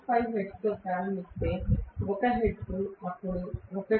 5 హెర్ట్జ్తో ప్రారంభిస్తే 1 హెర్ట్జ్ అప్పుడు 1